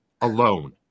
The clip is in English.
alone